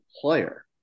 player